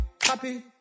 happy